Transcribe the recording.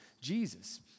Jesus